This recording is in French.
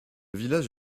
village